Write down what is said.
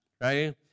Right